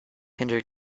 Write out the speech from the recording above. hinder